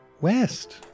West